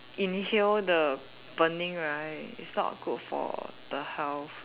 inhale the burning right it's not good for the health